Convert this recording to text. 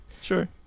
Sure